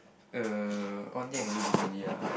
uh one thing I can do differently ah